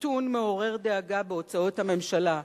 קיטון מעורר דאגה בהוצאות הממשלה לחינוך,